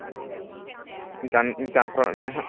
ᱤᱧ ᱠᱚᱱᱯᱟᱨᱢ ᱤᱧ ᱠᱚᱱᱯᱷᱟᱨᱢᱮᱫ ᱢᱮᱭᱟ ᱦᱟᱸᱜ